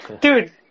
dude